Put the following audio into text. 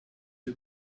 you